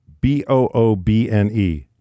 B-O-O-B-N-E